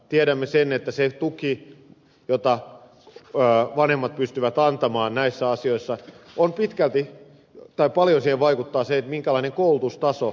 tiedämme että siihen tukeen jota vanhemmat pystyvät antamaan näissä asioissa paljon vaikuttaa se minkälainen koulutustaso vanhemmilla on